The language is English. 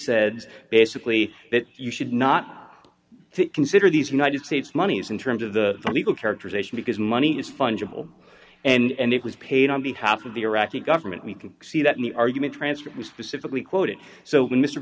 said basically that you should not consider these united states monies in terms of the legal characterization because money is fungible and it was paid on behalf of the iraqi government we can see that in the argument transfer it was specifically quoted so